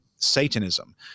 Satanism